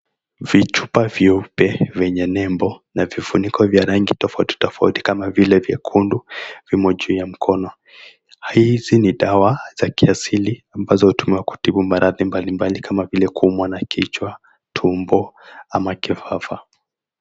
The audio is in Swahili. Vichupa vyeupe vyenye nembo na vifuniko vyenye rangi tofauti tofauti, kama vile vyekundu, viko juu ya mkono. Hizi ni dawa za kiasili ambazo hutumiwa kutibu maradhi mbalimbali kama vile kuumwa na kichwa, tumbo ama kifafa.